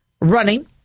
running